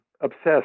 obsessed